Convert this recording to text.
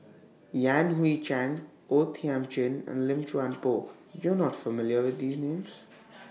Yan Hui Chang O Thiam Chin and Lim Chuan Poh YOU Are not familiar with These Names